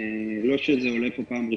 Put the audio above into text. לא שזה עולה פה בפעם הראשונה.